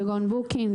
כגון בוקינג,